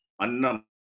annam